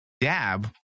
Dab